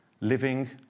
living